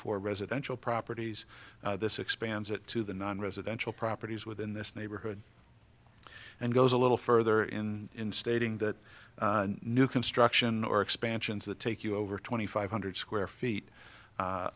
for residential properties this expands it to the nine residential properties within this neighborhood and goes a little further in stating that new construction or expansions that take you over twenty five hundred square feet